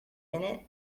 innit